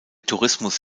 tourismus